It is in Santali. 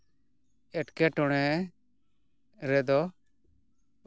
ᱮᱴᱠᱮᱴᱚᱬᱮ ᱨᱮᱫᱚ